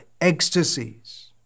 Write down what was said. ecstasies